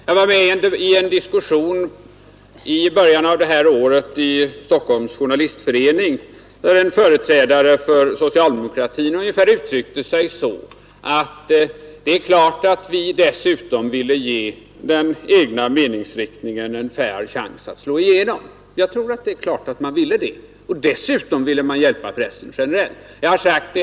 Jag var i början av detta år med i en diskussion i Stockholms Journalistförening, där en företrädare för socialdemokratin uttryckte sig ungefär på följande sätt: Det är klart att vi dessutom ville ge den egna meningsrikt ningen en fair chans att slå igenom. Jag tror att det är klart att man ville det. Dessutom ville man hjälpa pressen generellt.